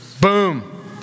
Boom